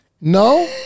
No